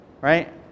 Right